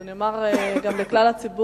אני אומר גם לכלל הציבור,